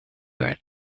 were